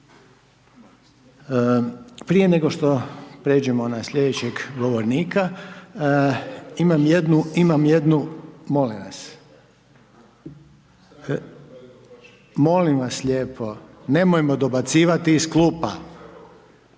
Prije nego što pređemo na slijedećeg govornika, imam jednu, … …/Upadica sa strane, ne razumije se./… Molim vas, molim vas lijepo, nemojmo dobacivati iz klupa.